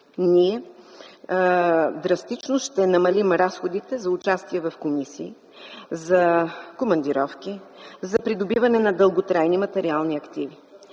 Ние драстично ще намалим разходите за участие в комисии, за командировки, за придобиване на дълготрайни материални активи.